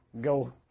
go